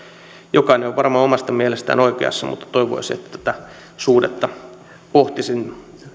jokainen on varmaan omasta mielestään oikeassa mutta toivoisin että tätä suhdetta pohtisimme